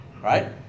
right